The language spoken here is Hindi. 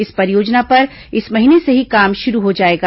इस परियोजना पर इस महीने से ही काम शुरू हो जाएगा